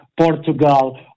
Portugal